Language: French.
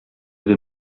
vais